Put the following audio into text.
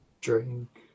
drink